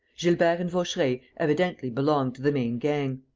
gilbert and vaucheray evidently belonged to the main gang.